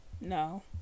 no